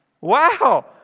Wow